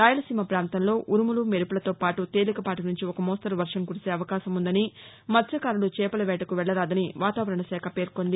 రాయలసీమ ప్రాంతంలో ఉరుములు మెరుపులతోపాటు తేలికపాటి సుంచి ఒక మోస్తరు వర్వం కురిసే అవకాశం ఉందని మత్స్యకారులు చేపల వేటకు వెళ్ళరాదని వాతావరణ శాఖ పేర్కొంది